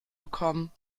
bekommen